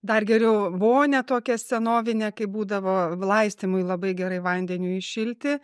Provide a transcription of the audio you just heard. dar geriau vonią tokią senovinę kaip būdavo laistymui labai gerai vandeniui įšilti